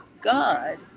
God